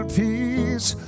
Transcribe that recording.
peace